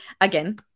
again